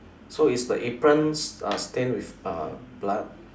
so is the apron s~ uh stained with uh blood